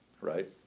right